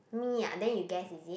me ah then you guess is it